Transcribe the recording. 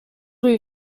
rue